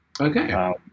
Okay